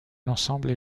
l’ensemble